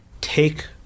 Take